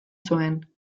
zuen